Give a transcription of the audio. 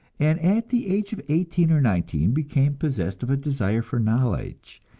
and at the age of eighteen or nineteen became possessed of a desire for knowledge,